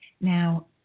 Now